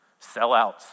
sellouts